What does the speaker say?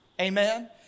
Amen